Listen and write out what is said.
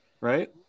right